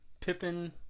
Pippin